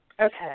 Okay